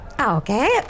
Okay